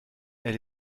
elle